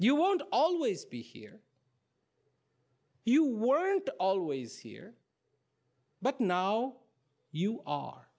you won't always be here you weren't always here but now you are